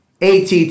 ATT